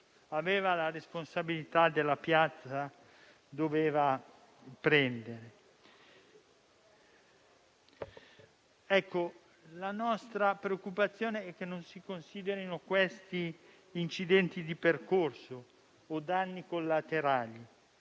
aveva la responsabilità della piazza doveva prendere. La nostra preoccupazione è che non si considerino questi incidenti di percorso o danni collaterali.